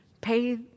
pay